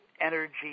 energy